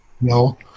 No